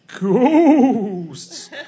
Ghosts